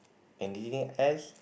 anything else